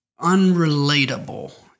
unrelatable